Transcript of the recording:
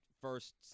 first